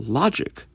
logic